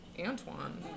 Antoine